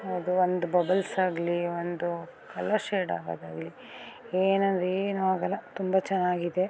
ಯಾವುದೇ ಒಂದು ಬಬಲ್ಸ್ ಆಗಲೀ ಒಂದು ಕಲರ್ ಶೇಡ್ ಆಗೋದಾಗ್ಲಿ ಏನಂದರೆ ಏನೂ ಆಗೋಲ್ಲ ತುಂಬ ಚೆನ್ನಾಗಿದೆ